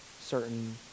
certain